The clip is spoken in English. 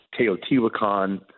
Teotihuacan